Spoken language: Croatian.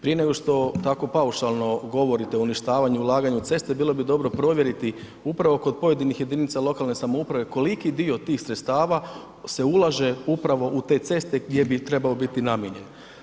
Prije nego što tako paušalno govorite o uništavanju, ulaganju u ceste bilo bi dobro provjeriti upravo kod pojedinih jedinica lokalne samouprave koliki dio tih sredstava se ulaže upravo u te ceste gdje bi trebao biti namijenjen.